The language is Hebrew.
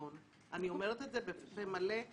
הם קורבן לניהול לא נכון.